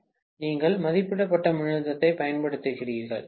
பேராசிரியர் நீங்கள் மதிப்பிடப்பட்ட மின்னழுத்தத்தைப் பயன்படுத்துகிறீர்கள்